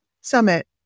Summit